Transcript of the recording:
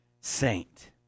saint